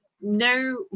no